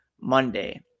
Monday